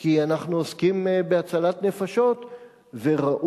כי אנחנו עוסקים בהצלת נפשות וראוי